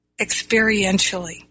experientially